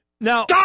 Now